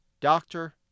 Doctor